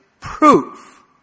proof